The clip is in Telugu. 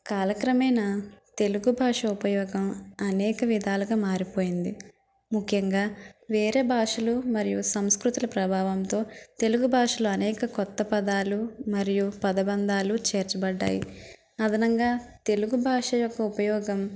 కాలక్రమేణా తెలుగు భాష ఉపయోగం అనేక విధాలుగా మారిపోయింది ముఖ్యంగా వేరే భాషలు మరియు సంస్కృతులు ప్రభావంతో తెలుగు భాషలో అనేక కొత్త పదాలు మరియు పదబంధాలు చేర్చబడ్డాయ్ అదనంగా తెలుగు భాష యొక్క ఉపయోగం